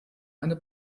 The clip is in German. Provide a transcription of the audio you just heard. eine